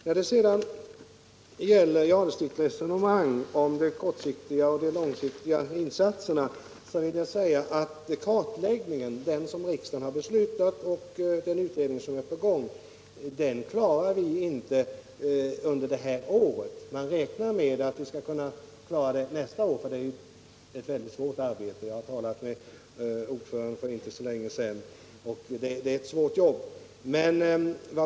När det sedan gäller Ture Jadestigs resonemang om kortsiktiga och långsiktiga insatser vill jag säga att vi inte under det här året klarar den kartläggning som riksdagen har beslutat om och den utredning som är på gång. Vi räknar med att vi skall bli klara nästa år. Jag har talat med ordföranden för inte så länge sedan, och jag vet att det är ett svårt jobb.